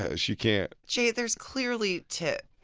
ah she can't. jay, there's clearly tip.